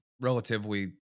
Relatively